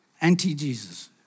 anti-Jesus